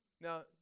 Now